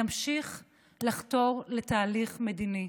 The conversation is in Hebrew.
נמשיך לחתור לתהליך מדיני,